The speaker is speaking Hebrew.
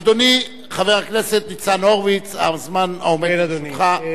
אדוני חבר הכנסת ניצן הורוביץ, הזמן עומד לרשותך.